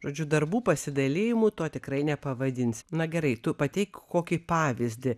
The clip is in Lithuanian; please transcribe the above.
žodžiu darbų pasidalijimu to tikrai nepavadinsi na gerai tu pateik kokį pavyzdį